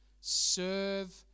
serve